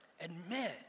admit